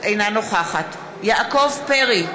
אינה נוכחת יעקב פרי,